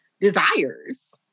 desires